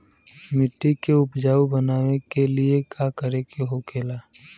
मिट्टी के उपजाऊ बनाने के लिए का करके होखेला?